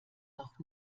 noch